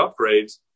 upgrades